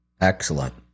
Excellent